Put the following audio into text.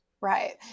Right